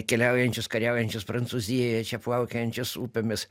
keliaujančius kariaujančius prancūzijoje čia plaukiančius upėmis